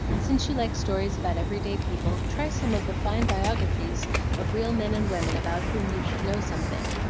since you like stories about every-day people, try some of the fine biographies of real men and women about whom you should know something.